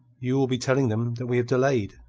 you will be telling them that we have delayed,